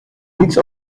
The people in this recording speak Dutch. niets